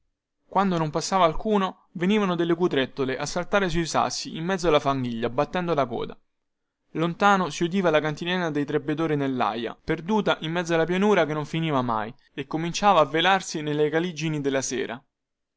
quando non passava alcuno venivano delle cutrettole a saltellare sui sassi in mezzo alla fanghiglia battendo la coda lontano si udiva la cantilena dei trebbiatori nellaia perduta in mezzo alla pianura che non finiva mai e cominciava a velarsi nelle caligini della sera